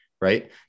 right